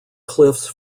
cliffs